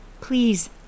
Please